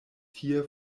tie